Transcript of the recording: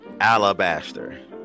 Alabaster